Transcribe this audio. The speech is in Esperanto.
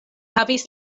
havis